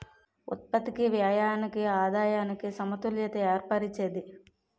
ఉత్పత్తికి వ్యయానికి ఆదాయానికి సమతుల్యత ఏర్పరిచేది